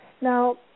Now